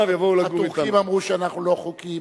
הטורקים אמרו שאנחנו לא חוקיים,